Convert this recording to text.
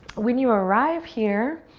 when you arrive here,